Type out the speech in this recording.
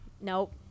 Nope